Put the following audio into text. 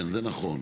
כן זה נכון.